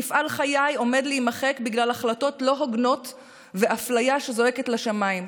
מפעל חיי עומד להימחק בגלל החלטות לא הוגנות ואפליה שזועקת לשמיים,